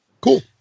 Cool